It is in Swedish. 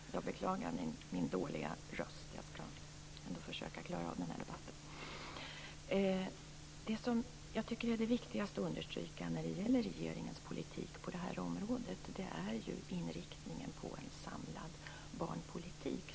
Fru talman! Jag beklagar min dåliga röst. Jag skall ändå försöka klara av den här debatten. Det jag tycker är viktigast att understryka när det gäller regeringens politik på det här området är inriktningen på en samlad barnpolitik.